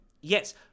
Yes